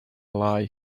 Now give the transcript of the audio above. lie